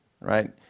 right